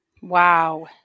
Wow